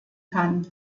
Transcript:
kann